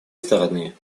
стороны